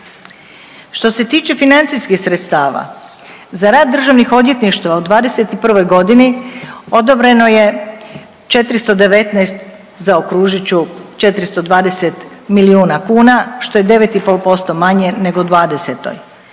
Što se tiče financijskih sredstava za rad državnih odvjetništava u 2021. godini odobreno je 419 zaokružit ću 420 milijuna kuna što je 9 i pol posto manje nego u 2020.